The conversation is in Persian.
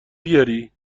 بیاری